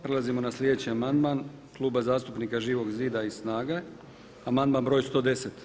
Prelazimo na sljedeći amandman Kluba zastupnika Živog zida i SNAGA-e, amandman broj 110.